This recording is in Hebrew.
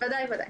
בוודאי.